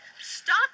Stop